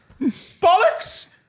Bollocks